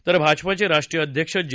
तर भाजपाचे राष्ट्रीय अध्यक्ष जे